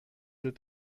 êtes